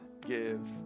give